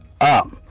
up